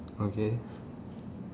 okay